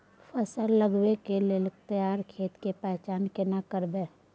फसल लगबै के लेल तैयार खेत के पहचान केना करबै?